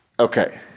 Okay